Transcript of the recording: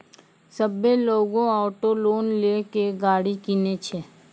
सभ्भे लोगै auto loan लेय के गाड़ी किनै छै